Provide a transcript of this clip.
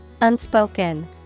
unspoken